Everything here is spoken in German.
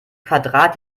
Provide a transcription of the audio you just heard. quadrat